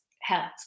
helped